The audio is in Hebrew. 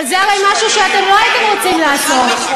אבל זה הרי משהו שלא הייתם רוצים לעשות.